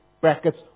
brackets